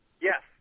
Yes